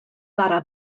bara